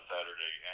Saturday